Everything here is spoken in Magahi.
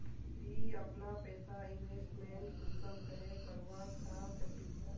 ती अपना पैसा इन्वेस्टमेंट कुंसम करे करवा चाँ चची?